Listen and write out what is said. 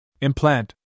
Implant